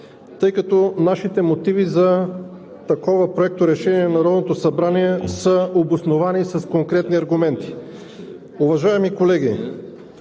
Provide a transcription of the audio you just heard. тъй като нашите мотиви за такова Проекторешение на Народното събрание са обосновани с конкретни аргументи. Уважаеми колеги,